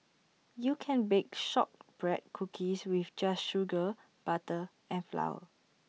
you can bake Shortbread Cookies just with sugar butter and flour